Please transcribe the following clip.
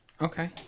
Okay